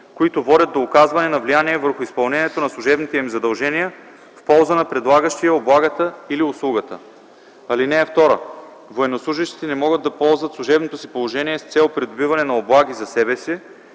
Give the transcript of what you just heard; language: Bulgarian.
които водят до оказване на влияние върху изпълнението служебните им задължения в полза на предлагащия облагата или услугата. (2) Военнослужещите не могат да ползват служебното си положение с цел придобиване на облаги за себе си